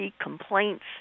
complaints